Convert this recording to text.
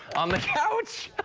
on the couch.